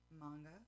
manga